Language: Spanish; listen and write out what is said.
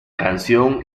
canción